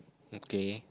okay